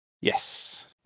Yes